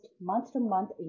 month-to-month